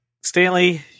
Stanley